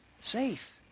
safe